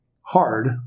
hard